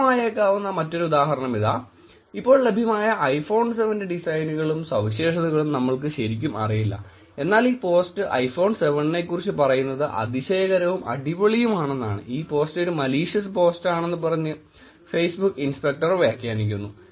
spam ആയേക്കാവുന്ന ഒരു ഉദാഹരണം ഇതാ ഇപ്പോൾ ലഭ്യമായ ഐഫോൺ 7 ന്റെ ഡിസൈനുകളും സവിശേഷതകളും നമുക്ക് ശരിക്കും അറിയില്ല എന്നാൽ ഈ പോസ്റ്റ് ഐഫോൺ 7 നെക്കുറിച്ച് പറയുന്നത് അതിശയകരവും അടിപൊളിയുമാണെന്നാണ് ഈ പോസ്റ്റ് ഒരു മലീഷിയസ് പോസ്റ്റാണെന്ന് പറഞ്ഞ് ഫേസ്ബുക്ക് ഇൻസ്പെക്ടർ വ്യാഖ്യാനിക്കുന്നു